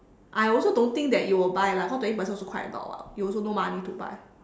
I also don't think that you will buy lah because twenty percent also quite a lot [what] you also no money to buy